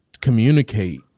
communicate